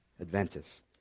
Adventist